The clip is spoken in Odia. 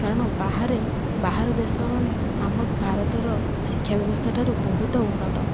କାରଣ ବାହାରେ ବାହାର ଦେଶମାନେ ଆମ ଭାରତର ଶିକ୍ଷା ବ୍ୟବସ୍ଥା ଠାରୁ ବହୁତ ଉନ୍ନତ